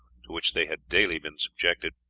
to which they had daily been subjected